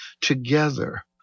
together